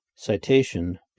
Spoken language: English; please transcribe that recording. Citation